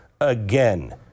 again